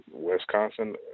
Wisconsin